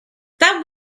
that